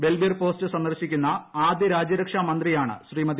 Balbir post സന്ദർശിക്കുന്ന ആദ്യ രാജ്യരക്ഷാമന്ത്രിയാണ് ശ്രീമതി